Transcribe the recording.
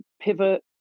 pivot